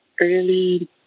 early